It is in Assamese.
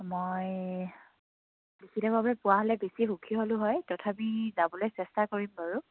মই লিখিতভাৱে পোৱা হ'লে বেছি সুখী হ'লোঁ হয় তথাপি যাবলৈ চেষ্টা কৰিম বাৰু